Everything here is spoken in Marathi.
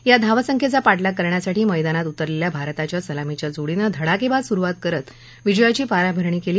या धावसंख्येचा पाठलाग करण्यासाठी मैदानात उतरलेल्या भारताच्या सलामीच्या जोडीनं धडाकेबाज सुरुवात करत विजयाची पायाभरणी केली